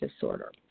disorder